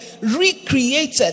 recreated